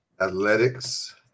Athletics